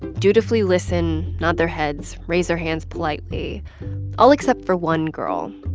dutifully listen, nod their heads, raise their hands politely all except for one girl,